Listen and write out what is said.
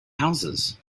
houses